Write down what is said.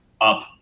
up